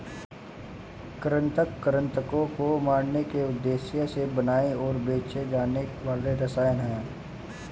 कृंतक कृन्तकों को मारने के उद्देश्य से बनाए और बेचे जाने वाले रसायन हैं